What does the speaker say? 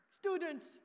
Students